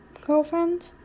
girlfriend